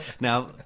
Now